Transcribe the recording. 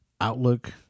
outlook